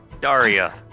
Daria